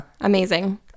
Amazing